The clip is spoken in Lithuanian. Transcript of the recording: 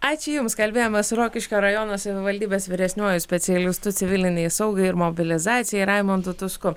ačiū jums kalbėjomės rokiškio rajono savivaldybės vyresniuoju specialistu civilinei saugai ir mobilizacijai raimundu tusku